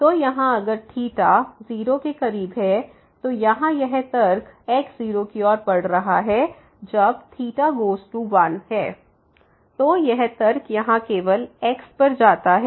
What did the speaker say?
तो यहाँ अगर 0 के करीब है तो यहाँ यह तर्क x0की ओर बढ़ रहा है जब गोज़ टू 1 तो यह तर्क यहां केवल x पर जाता है